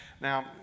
Now